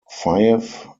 fief